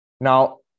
Now